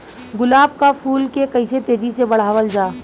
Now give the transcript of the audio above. गुलाब क फूल के कइसे तेजी से बढ़ावल जा?